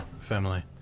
family